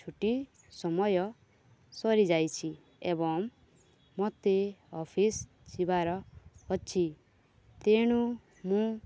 ଛୁଟି ସମୟ ସରିଯାଇଛି ଏବଂ ମୋତେ ଅଫିସ୍ ଯିବାର ଅଛି ତେଣୁ ମୁଁ